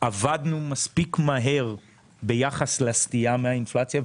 עבדנו מהר מספיק ביחס לסטייה מהאינפלציה,